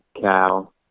cow